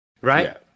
right